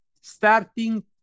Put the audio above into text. starting